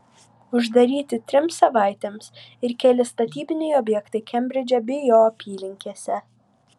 uždaryti trims savaitėms ir keli statybiniai objektai kembridže bei jo apylinkėse